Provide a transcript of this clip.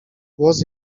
głos